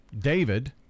david